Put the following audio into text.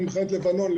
עוד פעם במלחמת לבנון,